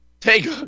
Take